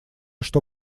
что